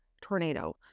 tornado